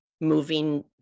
moving